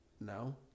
No